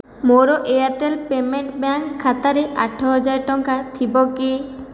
ମୋର Airtel payment bank ଖାତାରେ ଆଠହଜାର ଟଙ୍କା ଥିବ କି